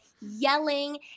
yelling